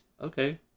Okay